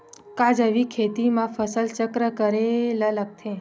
का जैविक खेती म फसल चक्र करे ल लगथे?